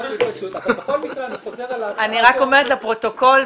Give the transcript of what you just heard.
אני רק אומרת לפרוטוקול,